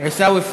עיסאווי פריג'